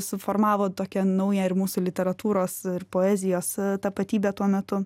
suformavo tokią naują ir mūsų literatūros ir poezijos tapatybę tuo metu